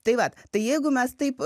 tai va tai jeigu mes taip